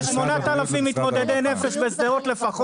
יש לפחות 8,000 מתמודדי נפש בשדרות.